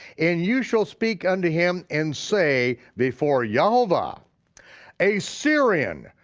and you shall speak unto him and say before yehovah a syrian,